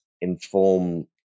inform